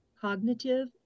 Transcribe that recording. cognitive